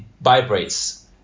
vibrates